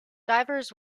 divers